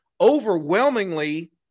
overwhelmingly